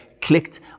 clicked